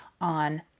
on